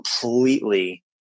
completely